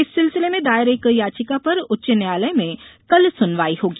इस सिलसिले में दायर एक याचिका पर उच्च न्यायालय में कल सुनवाई होगी